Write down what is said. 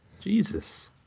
Jesus